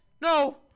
No